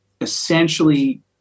essentially